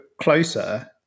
closer